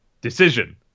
decision